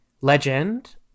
legend